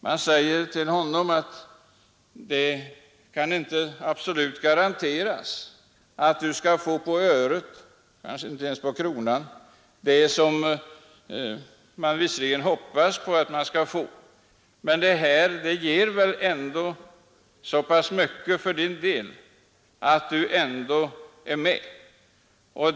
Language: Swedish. Man säger till honom eller henne: Det kan inte absolut garanteras att du får på öret, kanske inte ens på kronan, det du hoppas på att du skall få, men detta ger väl ändå så pass mycket för din del att du fortsätter.